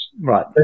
Right